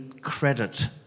credit